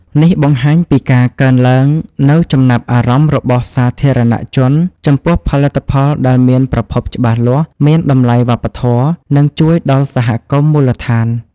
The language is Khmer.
នេះបង្ហាញពីការកើនឡើងនូវចំណាប់អារម្មណ៍របស់សាធារណជនចំពោះផលិតផលដែលមានប្រភពច្បាស់លាស់ មានតម្លៃវប្បធម៌ និងជួយដល់សហគមន៍មូលដ្ឋាន។